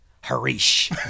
harish